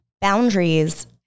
boundaries